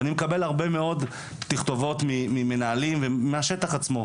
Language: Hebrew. ואני מקבל הרבה מאוד תכתובות ממנהלים ומהשטח עצמו.